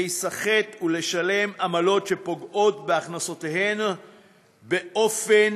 להיסחט ולשלם עמלות שפוגעות בהכנסותיהם באופן